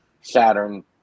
Saturn